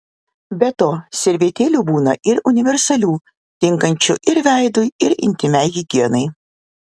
be to servetėlių būna ir universalių tinkančių ir veidui ir intymiai higienai